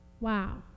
Wow